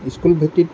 school ভিত্তিত